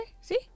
See